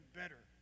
better